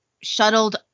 shuttled